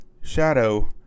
Shadow